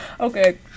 Okay